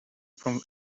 from